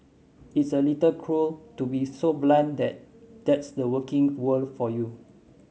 it's a little cruel to be so blunt that that's the working world for you